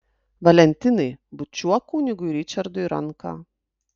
valentinai bučiuok kunigui ričardui ranką